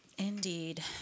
Indeed